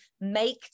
make